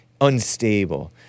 unstable